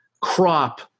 crop